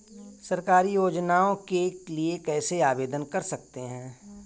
सरकारी योजनाओं के लिए कैसे आवेदन कर सकते हैं?